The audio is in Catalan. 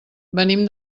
venim